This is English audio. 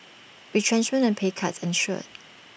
retrenchment and pay cuts ensued